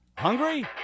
Hungry